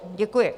Děkuji.